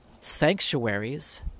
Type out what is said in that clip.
sanctuaries